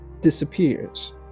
disappears